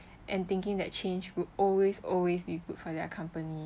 and thinking that change would always always be good for their company